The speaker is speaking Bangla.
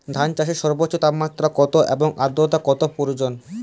ধান চাষে সর্বোচ্চ তাপমাত্রা কত এবং আর্দ্রতা কত প্রয়োজন?